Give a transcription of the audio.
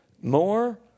More